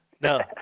No